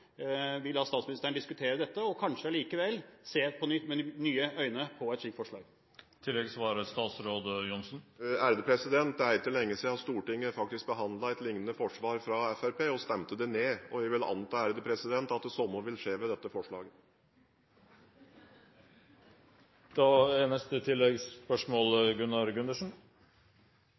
vil finansministeren kanskje likevel se med nye øyne på et slikt forslag? Det er ikke lenge siden Stortinget faktisk behandlet et liknende forslag fra Fremskrittspartiet og stemte det ned. Jeg vil anta at det samme vil skje med dette forslaget. Gunnar Gundersen